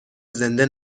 زنده